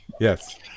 Yes